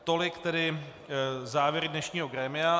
Tolik tedy závěry dnešního grémia.